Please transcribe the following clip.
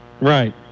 Right